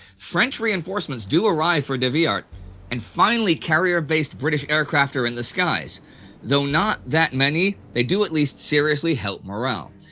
french reinforcements do arrive for de wiart and finally carrier based british aircraft are in the skies though not that many, they do at least seriously help morale.